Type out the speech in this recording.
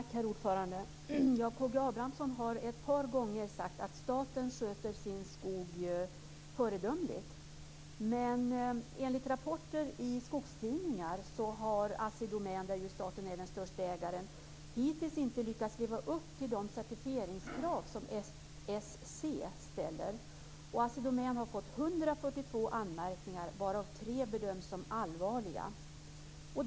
Herr talman! K G Abramsson har ett par gånger sagt att staten sköter sin skog föredömligt. Men enligt rapporter i skogstidningar har Assi Domän, där ju staten är den störste ägaren, hittills inte lyckats leva upp till de certifieringskrav som FSC ställer. Assi Domän har fått 142 anmärkningar, varav tre bedöms som allvarliga.